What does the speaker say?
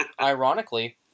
ironically